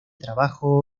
trabajo